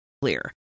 clear